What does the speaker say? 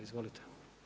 Izvolite.